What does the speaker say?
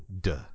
Duh